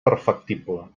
perfectible